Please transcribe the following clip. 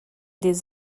des